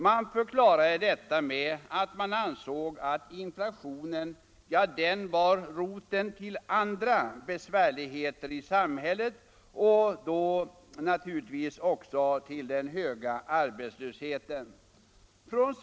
Man förklarade detta med att man ansåg att inflationen var roten till andra besvärligheter i samhället, då naturligtvis också till den höga arbetslösheten.